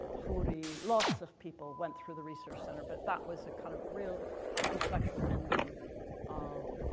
khoury. lots of people went through the research centre but that was a kind of real intellectual engine of